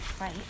Right